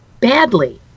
Badly